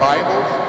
Bibles